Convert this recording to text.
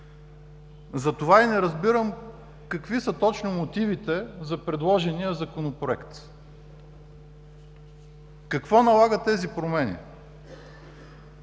Затова и не разбирам какви са точно мотивите за предложения Законопроект? Какво налага тези промени?